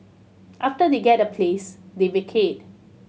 after they get a place they vacate